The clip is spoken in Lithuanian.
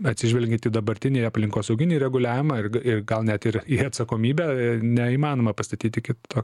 atsižvelgiant į dabartinį aplinkosauginį reguliavimą ir ir gal net ir į atsakomybę neįmanoma pastatyti kito